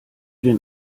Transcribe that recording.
den